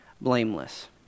blameless